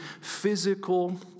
physical